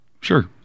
Sure